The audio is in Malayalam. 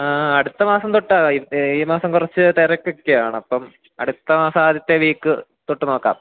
ആ അടുത്ത മാസം തൊട്ടാണ് ഈ മാസം കുറച്ച് തിരക്കൊക്കെയാണ് അപ്പം അടുത്ത മാസം ആദ്യത്തെ വീക്ക് തൊട്ട് നോക്കാം